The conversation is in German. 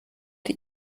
die